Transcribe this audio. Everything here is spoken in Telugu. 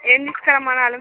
ఏం తీసుకో రమ్మన్నారు